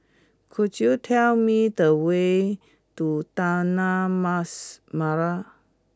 could you tell me the way to Taman Mas Merah